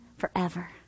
Forever